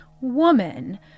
woman